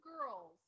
girls